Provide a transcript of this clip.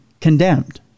condemned